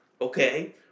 Okay